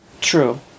True